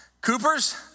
Coopers